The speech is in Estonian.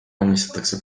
valmistatakse